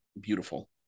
beautiful